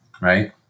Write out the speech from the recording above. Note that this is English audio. Right